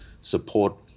support